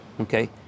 okay